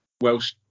Welsh